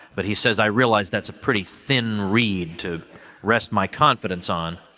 but he says, i realize that's a pretty thin read to rest my confidence on.